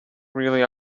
really